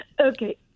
okay